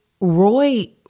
Roy